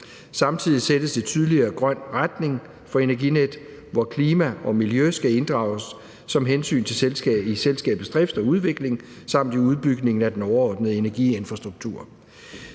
samtidig sættes en tydeligere grøn retning for Energinet, hvor klima og miljø skal inddrages som hensyn i selskabets drift og udvikling samt i udbygningen af den overordnede energiinfrastruktur.